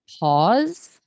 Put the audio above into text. Pause